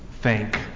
thank